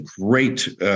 great